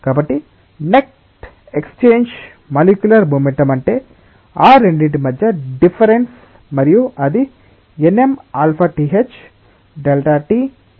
కాబట్టి net exchange molecular momentum అంటే ఆ రెండింటి మధ్య డిఫ్ఫరెంన్స్ మరియు అది nmαvthΔtΔAΔu